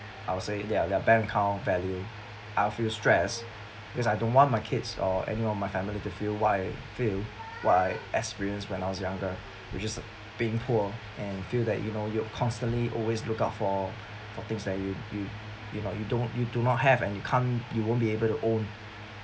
I would say their their bank account value I would feel stress because I don't want my kids or any of my family to feel what I experience when I was younger which is being poor and feel that you know you're constantly always look out for for things that you you know you don't you do not have and you can't you won't be able to own